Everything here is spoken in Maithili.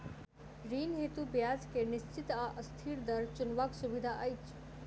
ऋण हेतु ब्याज केँ निश्चित वा अस्थिर दर चुनबाक सुविधा अछि